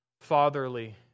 fatherly